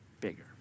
bigger